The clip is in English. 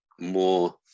more